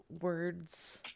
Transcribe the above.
words